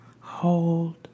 hold